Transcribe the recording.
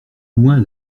loin